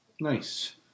Nice